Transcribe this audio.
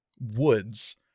woods